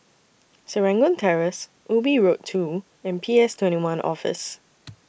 Serangoon Terrace Ubi Road two and P S twenty one Office